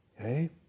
Okay